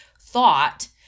thought